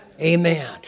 Amen